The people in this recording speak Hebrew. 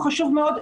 הוא חשוב מאוד,